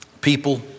people